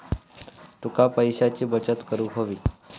तुका पैशाची बचत करूक हवी